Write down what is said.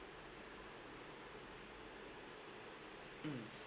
mm